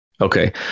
Okay